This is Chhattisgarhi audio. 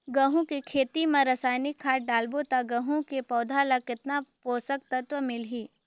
गंहू के खेती मां रसायनिक खाद डालबो ता गंहू के पौधा ला कितन पोषक तत्व मिलही?